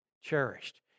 cherished